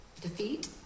defeat